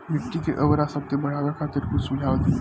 मिट्टी के उर्वरा शक्ति बढ़ावे खातिर कुछ सुझाव दी?